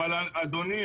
אבל אדוני,